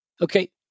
Okay